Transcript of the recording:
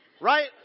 right